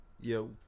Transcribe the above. Yo